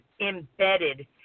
embedded